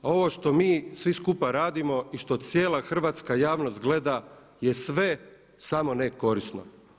A ovo što mi svi skupa radimo i što cijela hrvatska javnost gleda je sve samo ne korisno.